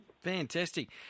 Fantastic